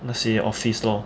那些 office lor